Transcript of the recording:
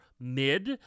mid